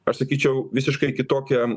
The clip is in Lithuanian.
aš sakyčiau visiškai kitokia